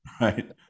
Right